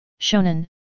Shonen